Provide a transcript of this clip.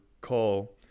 call